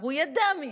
והוא ידע מיהם,